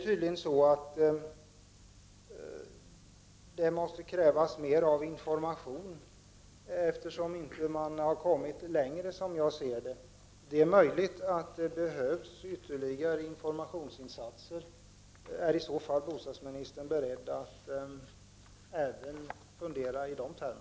Tydligen krävs mer information, eftersom man, som jag ser det, inte har kommit längre. Är i så fall bostadsministern beredd att fundera i de termerna?